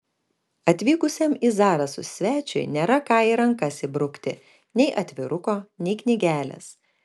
atvykusiam į zarasus svečiui nėra ką į rankas įbrukti nei atviruko nei knygelės